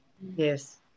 Yes